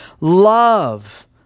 Love